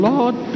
Lord